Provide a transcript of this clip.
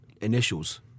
initials